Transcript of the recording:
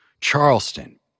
Charleston